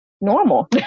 normal